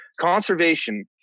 conservation